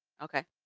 Okay